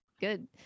Good